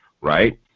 right